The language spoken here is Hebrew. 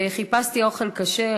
חיפשתי שם אוכל כשר.